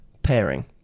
pairing